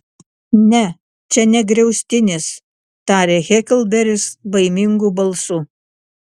ne čia ne griaustinis tarė heklberis baimingu balsu